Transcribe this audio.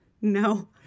No